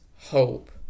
hope